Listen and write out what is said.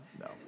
no